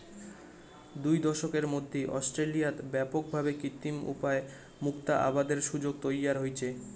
দুই দশকের মধ্যি অস্ট্রেলিয়াত ব্যাপক ভাবে কৃত্রিম উপায় মুক্তা আবাদের সুযোগ তৈয়ার হইচে